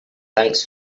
thanks